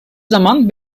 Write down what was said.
zaman